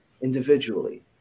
individually